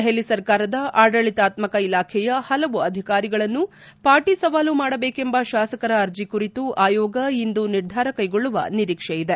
ದೆಹಲಿ ಸರ್ಕಾರದ ಆಡಳಿತಾತ್ಕಕ ಇಲಾಖೆಯ ಹಲವು ಅಧಿಕಾರಿಗಳನ್ನು ಪಾಟ ಸವಾಲು ಮಾಡಬೇಕೆಂಬ ಶಾಸಕರ ಅರ್ಜಿ ಕುರಿತು ಆಯೋಗ ಇಂದು ನಿರ್ಧಾರ ಕೈಗೊಳ್ಳುವ ನಿರೀಕ್ಷೆ ಇದೆ